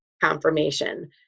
confirmation